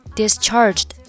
discharged